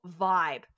vibe